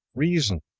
reason.